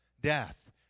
Death